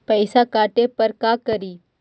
पैसा काटे पर का करि?